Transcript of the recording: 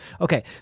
Okay